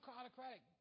autocratic